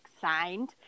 signed